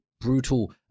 brutal